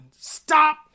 Stop